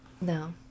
No